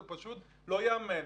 זה פשוט לא ייאמן.